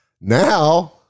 Now